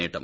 നേട്ടം